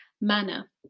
manner